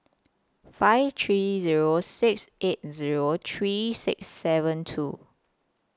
five three Zero six eight Zero three six seven two